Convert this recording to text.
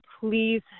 Please